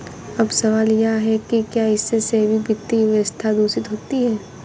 अब सवाल यह है कि क्या इससे वैश्विक वित्तीय व्यवस्था दूषित होती है